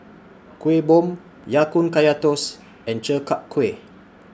Kuih Bom Ya Kun Kaya Toast and Chi Kak Kuih